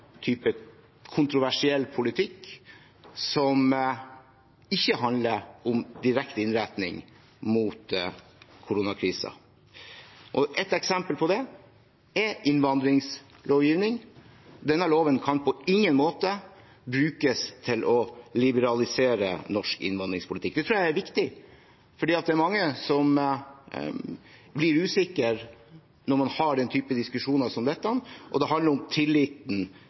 type kontroversiell politikk som ikke handler om direkte innretning mot koronakrisen. Ett eksempel på det er innvandringslovgivning. Denne loven kan på ingen måte brukes til å liberalisere norsk innvandringspolitikk. Det tror jeg er viktig, for det er mange som blir usikre når man har denne typen diskusjon. Det handler om tilliten til Stortinget, og det handler om tilliten